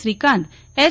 Srikanth H